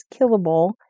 killable